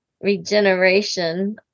regeneration